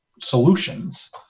solutions